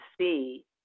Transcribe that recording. see